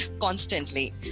constantly